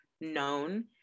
known